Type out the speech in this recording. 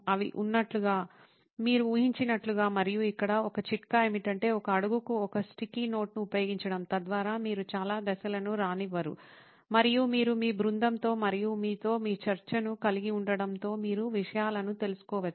అవి ఉన్నట్లుగా మీరు ఊహించినట్లుగా మరియు ఇక్కడ ఒక చిట్కా ఏమిటంటే ఒక అడుగుకు ఒక స్టికీ నోట్ను ఉపయోగించడం తద్వారా మీరు చాలా దశలను రానివ్వరు మరియు మీరు మీ బృందంతో మరియు మీతో మీ చర్చను కలిగి ఉండటంతో మీరు విషయాలను తెలుసుకోవచ్చు